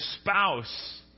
spouse